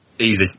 Easy